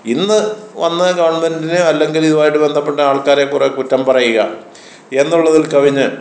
ഇന്ന് വന്ന് ഗവൺമെൻറ്റിന് അല്ലെങ്കിൽ ഇതുമായിട്ട് ബന്ധപ്പെട്ട ആൾക്കാരെ കുറേ കുറ്റം പറയുക എന്നുള്ളതിൽ കവിഞ്ഞ്